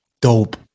Dope